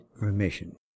remission